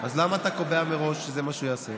אז למה אתה קובע מראש שזה מה שהוא יעשה?